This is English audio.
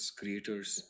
creators